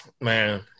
man